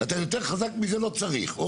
יותר חזק מזה לא צריך.